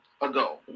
ago